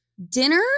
Dinner